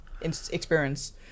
experience